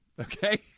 Okay